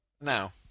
Now